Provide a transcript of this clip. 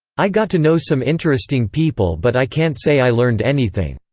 i got to know some interesting people but i can't say i learned anything.